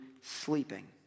sleeping